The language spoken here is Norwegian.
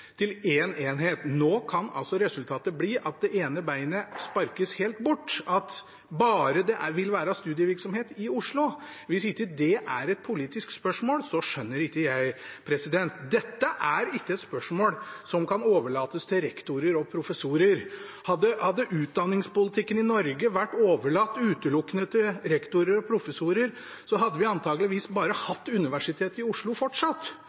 til én enhet. Nå kan resultatet bli at det ene beinet sparkes helt bort, at det bare vil være studievirksomhet i Oslo. Hvis ikke det er et politisk spørsmål, så skjønner ikke jeg. Dette er ikke et spørsmål som kan overlates til rektorer og professorer. Hadde utdanningspolitikken i Norge vært overlatt utelukkende til rektorer og professorer, hadde vi antageligvis bare hatt Universitetet i Oslo fortsatt